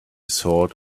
thought